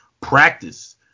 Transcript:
practice